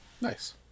Nice